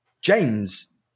james